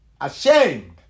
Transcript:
ashamed